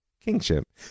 kingship